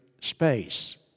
space